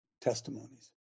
testimonies